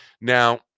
Now